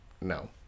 No